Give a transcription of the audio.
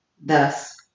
thus